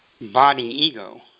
body-ego